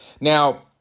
Now